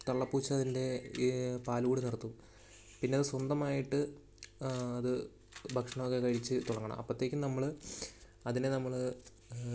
തള്ളപ്പൂച്ച അതിൻ്റെ പാലു കുടി നിർത്തും പിന്നതു സ്വന്തമായിട്ട് അത് ഭക്ഷണമൊക്കെ കഴിച്ചു തുടങ്ങണം അപ്പോഴത്തേക്കു നമ്മൾ അതിനെ നമ്മൾ